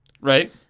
Right